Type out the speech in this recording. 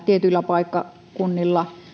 tietyillä paikkakunnilla